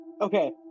okay